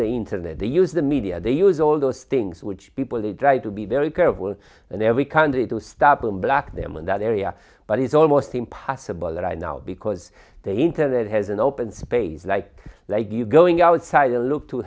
the internet they use the media they use all those things which people they try to be very careful and every country to stop them black them in that area but it's almost impossible right now because the internet has an open space like like you going outside to look to